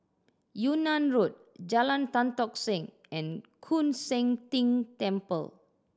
Yunnan Road Jalan Tan Tock Seng and Koon Seng Ting Temple